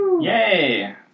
Yay